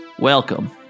Welcome